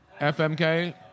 FMK